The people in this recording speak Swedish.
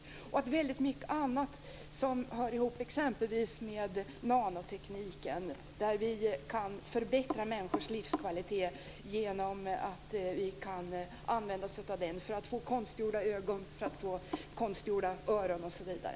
Vidare gäller det väldigt mycket annat som hör ihop exempelvis med nanotekniken där vi kan förbättra människors livskvalitet genom att använda den för att få konstgjorda ögon eller öron osv.